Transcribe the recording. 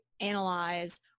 analyze